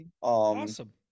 Awesome